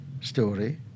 story